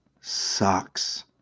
sucks